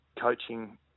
coaching